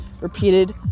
repeated